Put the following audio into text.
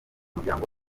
muryango